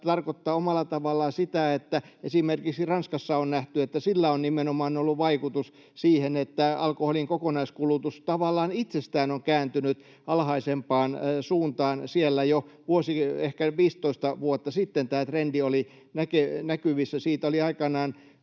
mikä tarkoittaa omalla tavallaan sitä — esimerkiksi Ranskassa on nähty — että sillä on nimenomaan ollut vaikutus siihen, että alkoholin kokonaiskulutus tavallaan itsestään on kääntynyt alhaisempaan suuntaan. Siellä jo ehkä 15 vuotta sitten tämä trendi oli näkyvissä. Siitä oli aikanaan